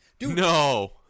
No